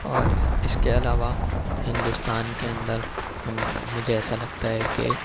اور اس کے علاوہ ہندوستان کے اندر ہم مجھے ایسا لگتا ہے کہ